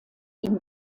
ihm